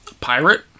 Pirate